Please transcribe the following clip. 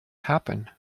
happen